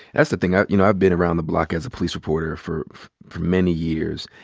that's the thing. ah you know, i've been around the block as a police reporter for for many years.